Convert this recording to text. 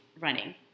running